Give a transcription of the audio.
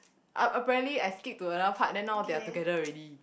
um apparently I skip to another part then now they are together already